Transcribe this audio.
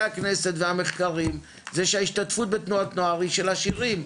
הכנסת והמחקרים זה שההשתתפות בתנועות נוער היא של עשירים,